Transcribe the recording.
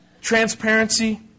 Transparency